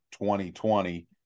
2020